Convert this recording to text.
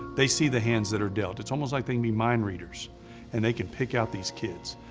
they see the hands that are dealt. it's almost like they can be mind readers and they can pick out these kids.